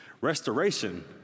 Restoration